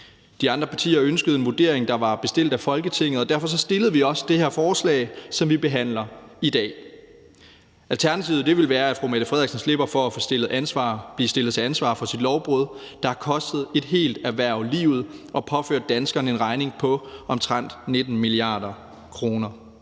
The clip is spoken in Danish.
De andre partier ønskede en vurdering, der var bestilt af Folketinget, og derfor fremsatte vi også det her forslag, som vi behandler i dag. Alternativet ville være, at statsministeren slipper for at blive stillet til ansvar for sit lovbrud, der har kostet et helt erhverv livet og påført danskerne en regning på omtrent 19 mia. kr.